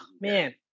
man